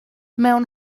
mewn